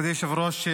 מכובדי היושב-ראש,